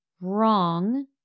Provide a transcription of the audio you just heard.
wrong